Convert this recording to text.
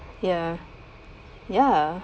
ya ya